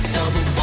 Double